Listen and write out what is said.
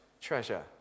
treasure